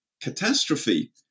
catastrophe